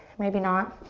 maybe not.